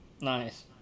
Nice